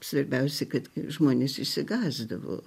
svarbiausia kad žmonės išsigąsdavo